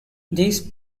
these